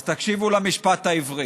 אז תקשיבו למשפט העברי.